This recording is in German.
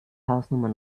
hausnummer